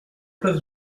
place